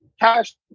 Cash